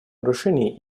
нарушений